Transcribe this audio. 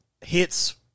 hits